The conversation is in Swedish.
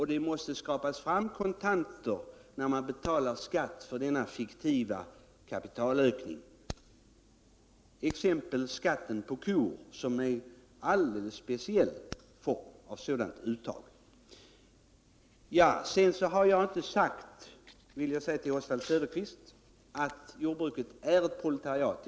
Det måste skaffas fram kontanter när man beskattas för denna fiktiva kapitalökning. Jag kan som exempel nämna skatten på kor, som är en alldeles speciell form av sådant uttag. Sedan vill jag till Oswald Söderqvist säga att jag inte påstått att jordbrukarna utgör et proletariat.